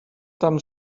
tam